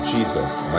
Jesus